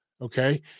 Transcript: Okay